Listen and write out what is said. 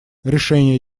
решение